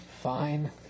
Fine